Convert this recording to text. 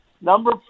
number